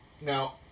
Now